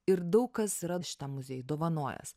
ir daug kas yra šitam muziejui dovanojęs